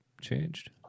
changed